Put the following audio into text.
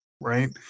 Right